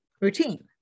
routine